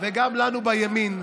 וגם לנו בימין,